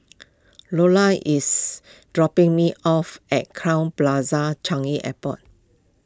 Lolla is dropping me off at Crowne Plaza Changi Airport